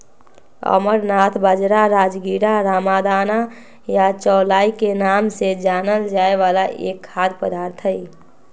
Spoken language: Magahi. अमरनाथ बाजरा, राजगीरा, रामदाना या चौलाई के नाम से जानल जाय वाला एक खाद्य पदार्थ हई